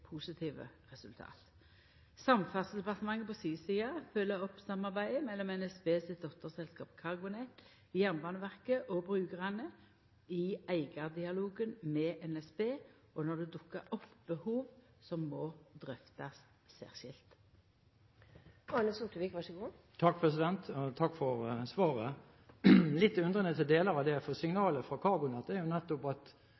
positive resultat. Samferdselsdepartementet følgjer på si side opp samarbeidet mellom NSB sitt dotterselskap CargoNet, Jernbaneverket og brukarane i eigardialogen med NSB og når det dukkar opp behov som må drøftast særskilt. Takk for svaret. Jeg er litt undrende til deler av det, for